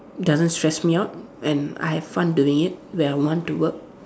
doesn't stress me out and I have fun doing it when I want to work